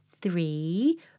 three